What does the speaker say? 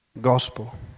gospel